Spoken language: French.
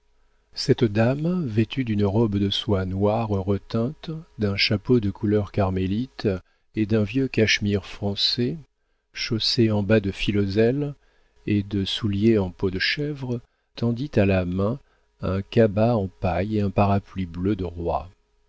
cette dame vêtue d'une robe de soie noire reteinte d'un chapeau de couleur carmélite et d'un vieux cachemire français chaussée en bas de filoselle et de souliers de peau de chèvre tenait à la main un cabas de paille et un parapluie bleu de roi